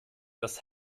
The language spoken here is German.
dass